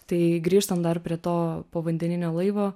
tai grįžtam dar prie to povandeninio laivo